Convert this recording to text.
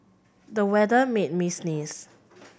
the weather made me sneeze